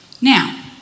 Now